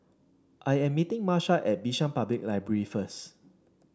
I am meeting Marsha at Bishan Public Library first